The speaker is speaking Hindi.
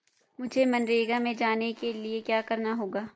मुझे मनरेगा में जाने के लिए क्या करना होगा?